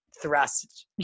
thrust